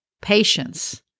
patience